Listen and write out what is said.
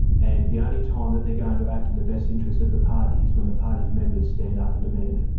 and the only time that they're going to act in the best interests of the party is when the party's members stand up and demand it.